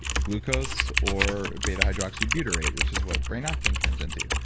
ah glucose, or beta hydroxybutyrate, which is what brain octane turns into.